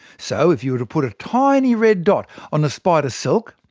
so if you were to put a tiny red dot on the spider silk,